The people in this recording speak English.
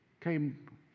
came